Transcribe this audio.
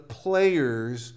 players